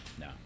no